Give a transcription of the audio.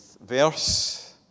verse